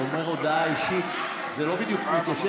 אתה אומר "הודעה אישית" זה לא בדיוק מתיישב.